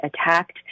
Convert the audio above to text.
attacked